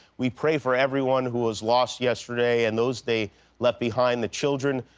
we pray for everyone who was lost yesterday and those they left behind, the children,